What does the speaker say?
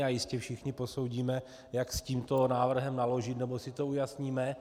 A jistě všichni posoudíme, jak s tímto návrhem naložit, nebo si to ujasníme.